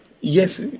Yes